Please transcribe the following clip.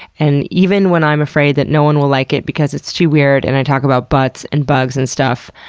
and even when i'm afraid that no one will like it because it's too weird, and i talk about butts and bugs and stuff,